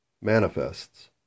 manifests